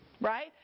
right